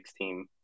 team